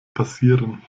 passieren